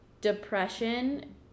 depression